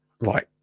Right